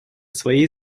своей